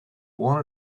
want